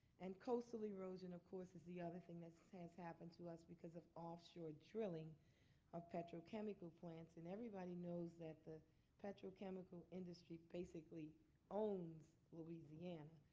and coastal erosion, of course, is the other thing that has happened to us because of offshore drilling of petrochemical plants. and everybody knows that the petrochemical industry basically owns louisiana.